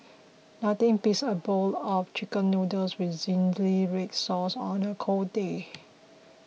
nothing beats a bowl of Chicken Noodles with Zingy Red Sauce on a cold day